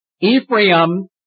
Ephraim